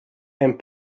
and